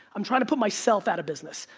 i'm trying to put myself out of business.